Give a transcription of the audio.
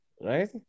right